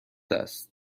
است